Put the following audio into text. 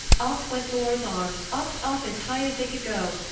up went thor's arms, up, up, as high as they could go.